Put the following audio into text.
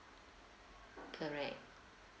correct